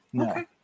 Okay